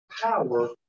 power